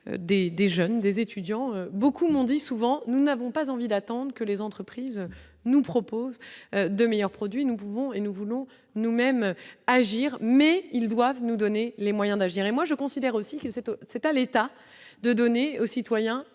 des jeunes, des étudiants, beaucoup m'ont dit souvent : nous n'avons pas envie d'attente que les entreprises nous propose de meilleurs produits, nous pouvons et nous voulons nous-mêmes agir mais ils doivent nous donner les moyens d'agir, et moi je considère aussi que cette eau, c'est à l'État de donner aux citoyens